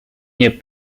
nie